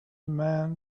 man